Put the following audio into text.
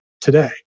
today